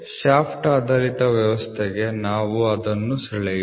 shaft ಆಧಾರಿತ ವ್ಯವಸ್ಥೆಗೆ ನಾವು ಅದನ್ನು ಬಿಡಿಸೋಣ